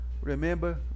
Remember